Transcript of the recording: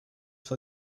for